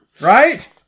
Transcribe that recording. Right